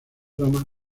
ramas